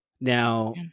Now-